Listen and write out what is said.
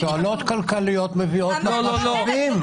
תועלות כלכליות מביאות לך משאבים.